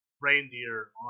reindeer